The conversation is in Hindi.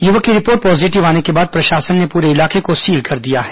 युवक की रिपोर्ट पॉजीटिव आने के बाद प्रशासन ने पूरे इलाके को सील कर दिया है